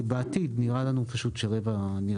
בעתיד אבל נראה לנו שרבע זה סביר.